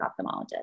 ophthalmologist